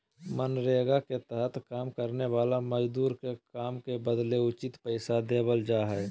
मनरेगा के तहत काम करे वाला मजदूर के काम के बदले उचित पैसा देवल जा हय